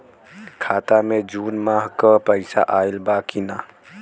खाता मे जून माह क पैसा आईल बा की ना?